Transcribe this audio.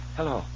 Hello